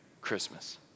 Christmas